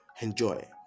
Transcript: Enjoy